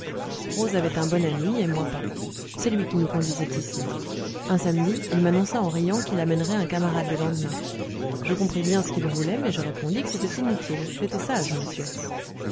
rose avait un bon ami et moi pas c'est lui qui nous conduisait ici un samedi il m'annonça en riant qu'il amènerait un camarade le lendemain je compris bien ce qu'il voulait mais je répondis que c'était inutile j'étais sage monsieur